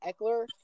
Eckler